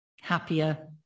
Happier